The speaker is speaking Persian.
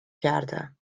کرده